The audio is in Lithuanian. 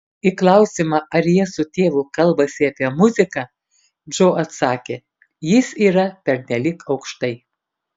į klausimą ar jie su tėvu kalbasi apie muziką džo atsakė jis yra pernelyg aukštai